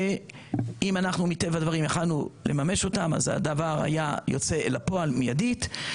אם אנחנו מטבע הדברים יכלנו לממש אותם אז הדבר היה יוצא לפועל מיידית.